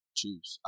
choose